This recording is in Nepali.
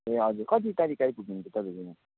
ए हजुर कति तारिख आइपुग्नुहुन्छ तपाईँहरू यहाँ